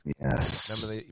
Yes